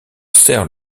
serre